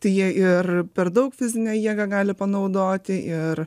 tai jie ir per daug fizinę jėgą gali panaudoti ir